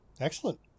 excellent